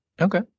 Okay